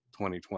2020